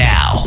Now